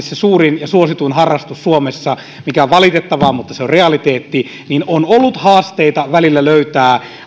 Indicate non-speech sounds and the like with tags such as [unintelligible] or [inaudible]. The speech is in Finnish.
[unintelligible] se suurin ja suosituin harrastus suomessa mikä on valitettavaa mutta se on realiteetti niin osalla puolueista on ollut välillä haasteita löytää